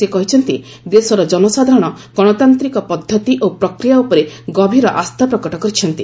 ସେ କହିଛନ୍ତି ଦେଶର ଜନସାଧାରଣ ଗଣତାନ୍ତିକ ପଦ୍ଧତି ଓ ପ୍ରକ୍ରିୟା ଉପରେ ଗଭୀର ଆସ୍ଥାପ୍ରକଟ କରିଛନ୍ତି